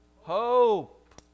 Hope